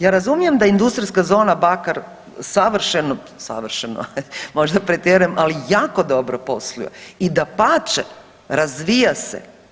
Ja razumijem da industrijska zona Bakar savršeno, savršeno možda pretjerujem, ali jako dobro posluje i dapače razvija se.